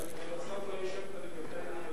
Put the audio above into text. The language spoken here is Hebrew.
בסוף לא השבת לי מתי,